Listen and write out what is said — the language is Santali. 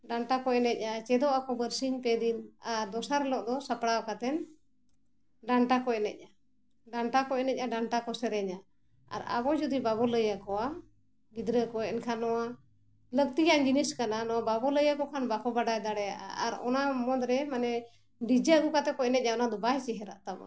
ᱰᱟᱱᱴᱟ ᱠᱚ ᱮᱱᱮᱡᱼᱟ ᱪᱮᱫᱚᱜ ᱟᱠᱚ ᱵᱟᱹᱨᱥᱤᱧ ᱯᱮ ᱫᱤᱱ ᱟᱨ ᱫᱚᱥᱟᱨ ᱦᱤᱞᱳᱜ ᱫᱚ ᱥᱟᱯᱲᱟᱣ ᱠᱟᱛᱮᱱ ᱰᱟᱱᱴᱟ ᱠᱚ ᱮᱱᱮᱡᱼᱟ ᱰᱟᱱᱴᱟ ᱠᱚ ᱮᱱᱮᱡᱼᱟ ᱰᱟᱱᱴᱟ ᱠᱚ ᱥᱮᱨᱮᱧᱟ ᱟᱨ ᱟᱵᱚ ᱡᱩᱫᱤ ᱵᱟᱵᱚ ᱞᱟᱹᱭᱟᱠᱚᱣᱟ ᱜᱤᱫᱽᱨᱟᱹ ᱠᱚ ᱮᱱᱠᱷᱟᱱ ᱱᱚᱣᱟ ᱞᱟᱹᱠᱛᱤᱭᱟᱱ ᱡᱤᱱᱤᱥ ᱠᱟᱱᱟ ᱱᱚᱣᱟ ᱵᱟᱵᱚᱱ ᱞᱟᱹᱭᱟᱠᱚ ᱠᱷᱟᱱ ᱵᱟᱠᱚ ᱵᱟᱰᱟᱭ ᱫᱟᱲᱮᱭᱟᱜᱼᱟ ᱟᱨ ᱚᱱᱟ ᱢᱩᱫᱽ ᱨᱮ ᱢᱟᱱᱮ ᱰᱤ ᱡᱮ ᱟᱹᱜᱩ ᱠᱟᱛᱮᱫ ᱠᱚ ᱮᱱᱮᱡᱼᱟ ᱚᱱᱟ ᱫᱚ ᱵᱟᱭ ᱪᱮᱦᱨᱟᱜ ᱛᱟᱵᱚᱱᱟ